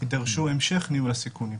יידרש המשך ניהול הסיכונים.